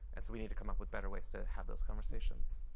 and so we need to come up with better ways to have those conversations.